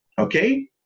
okay